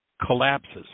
collapses